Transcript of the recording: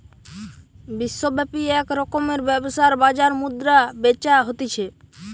বিশ্বব্যাপী এক রকমের ব্যবসার বাজার মুদ্রা বেচা হতিছে